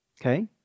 Okay